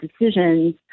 decisions